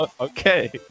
okay